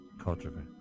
Culture